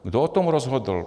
Kdo o tom rozhodl?